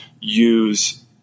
use